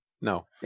No